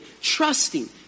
trusting